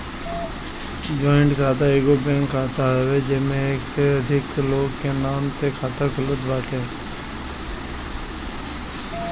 joint खाता एगो bank खाता हवे जेमे एक से अधिका लोग के नाम से खाता खुलत बाटे